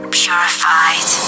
purified